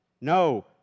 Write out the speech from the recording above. No